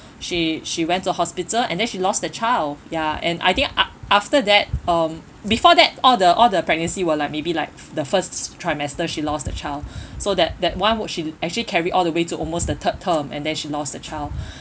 she she went to hospital and then she lost the child ya and I think af~ after that um before that all the all the pregnancy were like maybe like the first trimester she lost the child so that that one what she actually carry all the way to almost the third term and then she lost the child